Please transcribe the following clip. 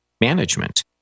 management